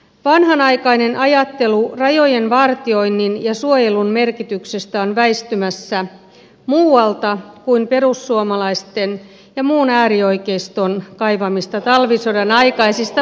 vanhanaikainen ajattelu rajojen vartioinnin ja suojelun merkityksestä on väistymässä muualta kuin perussuomalaisten ja muun äärioikeiston kaivamista talvisodan aikaisista poteroista